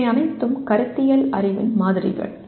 அவை அனைத்தும் கருத்தியல் அறிவின் மாதிரிகள்